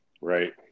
Right